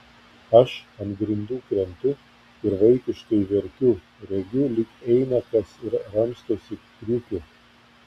aš ant grindų krentu ir vaikiškai verkiu regiu lyg eina kas ir ramstosi kriukiu